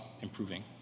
improving